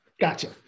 Gotcha